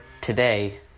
today